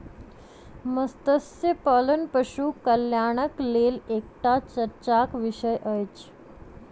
मत्स्य पालन पशु कल्याणक लेल एकटा चर्चाक विषय अछि